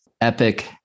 epic